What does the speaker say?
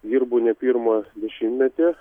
dirbu ne pirmą dešimtmetį